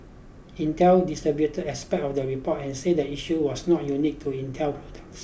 Intel disputed aspect of the report and said the issue was not unique to Intel